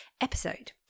episode